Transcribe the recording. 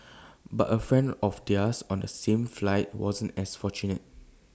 but A friend of theirs on the same flight wasn't as fortunate